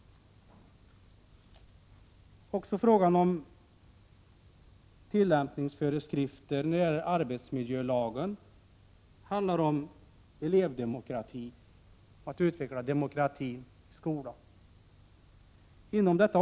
Också i fråga om tillämpningsföreskrifter när det gäller arbetsmiljölagen handlar det om elevdemokrati och om att utveckla demokratin i skolan.